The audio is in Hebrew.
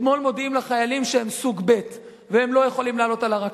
אתמול מודיעים לחיילים שהם סוג ב' והם לא יכולים לעלות על הרכבות,